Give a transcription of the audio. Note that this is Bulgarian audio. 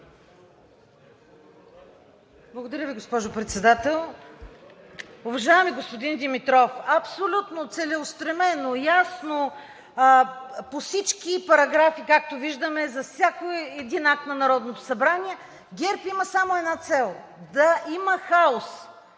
Благодаря Ви, госпожо Председател. Уважаеми господин Димитров, абсолютно целеустремено, ясно по всички параграфи, както виждаме, за всеки един акт на Народното събрание, ГЕРБ има само една цел – да има хаос